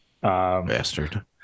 Bastard